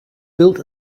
built